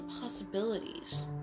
possibilities